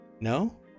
no